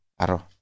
aro